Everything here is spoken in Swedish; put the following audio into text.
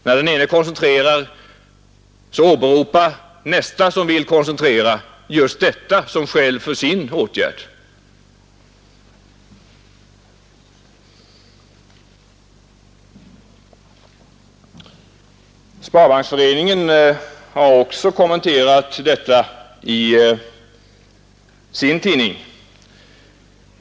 När den ena koncentrerar åberopar nästa som vill koncentrera just detta som skäl för sin åtgärd. Sparbanksföreningen har också kommenterat detta i sin tidskrift.